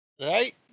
Right